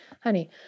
honey